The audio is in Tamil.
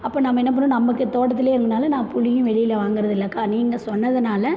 அப்போ நம்ம என்ன பண்ணணும் நமக்கு தோட்டத்துலேயே இருந்ததுனால நான் புளியும் வெளியில் வாங்குறதில்லக்கா நீங்கள் சொன்னதுனால